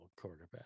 quarterback